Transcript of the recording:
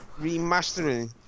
remastering